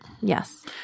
Yes